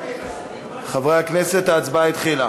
חברי הכנסת, ההצבעה התחילה.